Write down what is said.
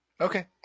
Okay